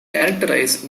characterized